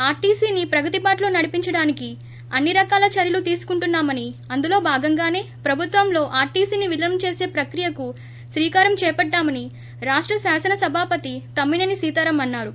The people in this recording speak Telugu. ఆర్టీసీని ప్రగతి బాటలో నడిపించడానికి అన్ని రకాల చర్యలు తీసుకుంటున్నామని అందులో భాగంగానే ప్రభుత్వంలో ఆర్టీసీని విలీనం చేస ప్రక్రియకు శ్రీకారం చేపట్టామని రాష్ట శాసన సభాపతి తమ్మినేని సీతారాం అన్నారు